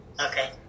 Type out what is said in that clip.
Okay